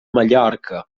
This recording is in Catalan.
mallorca